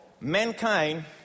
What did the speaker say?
mankind